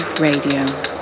Radio